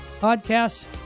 podcasts